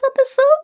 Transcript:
episode